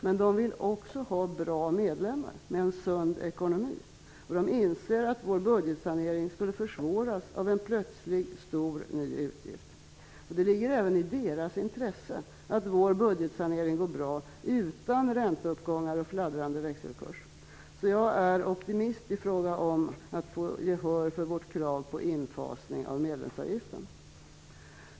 Men de vill också ha bra medlemmar med en sund ekonomi. De inser att vår budgetsanering skulle försvåras av en plötslig, stor ny utgift. Det ligger även i deras intresse att vår budgetsanering går bra, utan ränteuppgångar och fladdrande växelkurs. Så jag är optimist i fråga om att få gehör för vårt krav på infasning av medlemsavgiften.